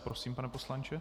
Prosím, pane poslanče.